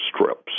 strips